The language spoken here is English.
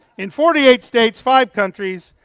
in forty eight states, five countries.